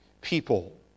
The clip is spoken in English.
people